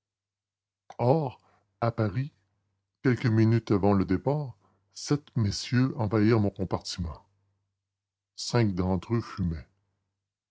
à paris quelques minutes avant le départ sept messieurs envahirent mon compartiment cinq d'entre eux fumaient